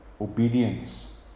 obedience